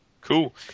cool